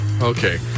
Okay